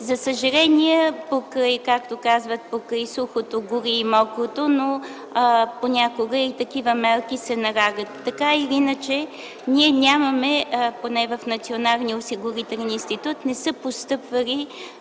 За съжаление, както казват, покрай сухото гори и мокрото, но понякога и такива мерки се налагат. Така или иначе ние нямаме, поне в Националния осигурителен институт не са постъпвали,